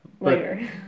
Later